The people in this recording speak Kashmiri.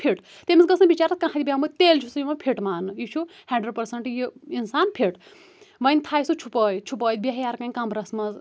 فِٹ تٔمِس گٔژھ نہٕ بِچارَس کانٛہہ تہِ بٮ۪مٲرۍ تیٚلہِ چھُ سُہ یِوان فِٹ ماننہٕ یہِ چُھ ہٮ۪نٛڈرنٛٹ پٕرسَنٛٹ یہِ انسان فِٹ وۄنۍ تھایہِ سُہ چُھپٲیِتھ چُھپٲیِتھ بیٚیہہِ ہٮ۪رٕ کَنہِ کَمرَس منٛز